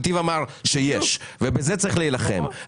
נתיב אמר שיש ובזה צריך להילחם,